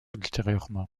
ultérieurement